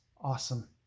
awesome